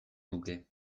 nuke